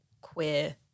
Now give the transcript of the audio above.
queer